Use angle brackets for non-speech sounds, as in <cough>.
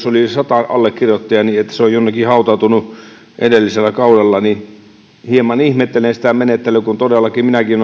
<unintelligible> oli yli sata allekirjoittajaa ja että se on jonnekin hautautunut edellisellä kaudella niin hieman ihmettelen sitä menettelyä kun todellakin minäkin <unintelligible>